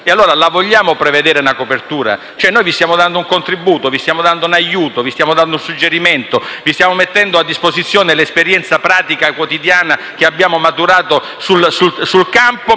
allora, prevedere una copertura? Noi vi stiamo dando un contributo, vi stiamo dando un aiuto, un suggerimento, vi stiamo mettendo a disposizione l'esperienza pratica quotidiana che abbiamo maturato sul campo